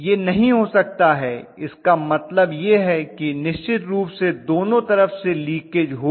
यह नहीं हो सकता है इसका मतलब यह है कि निश्चित रूप से दोनों तरफ से लीकेज होगी